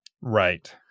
right